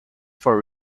for